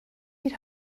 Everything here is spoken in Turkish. bir